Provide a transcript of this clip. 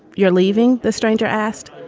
you're leaving? the stranger asked.